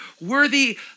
worthy